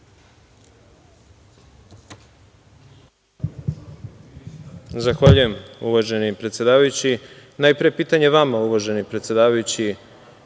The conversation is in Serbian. Zahvaljujem, uvaženi predsedavajući. Najpre pitanje vama, uvaženi predsedavajući